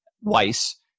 Weiss